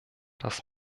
das